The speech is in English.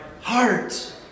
heart